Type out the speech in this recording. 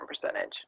percentage